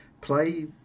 Play